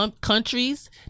countries